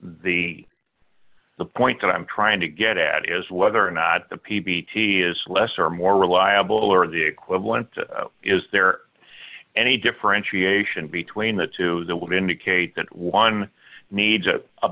the the point that i'm trying to get at is whether or not the p b t is less or more reliable are the equivalent is there any differentiation between the two that would indicate that one needs it a